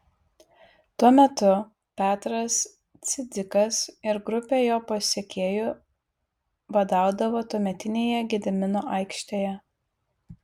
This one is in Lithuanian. tuo metu petras cidzikas ir grupė jo pasekėjų badaudavo tuometinėje gedimino aikštėje